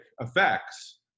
effects